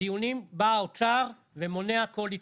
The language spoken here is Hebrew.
בדיונים בא האוצר ומונע כל התקדמות.